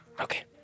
Okay